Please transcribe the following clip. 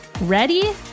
Ready